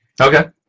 Okay